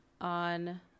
on